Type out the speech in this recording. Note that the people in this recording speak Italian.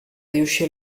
riuscì